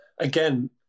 again